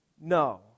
no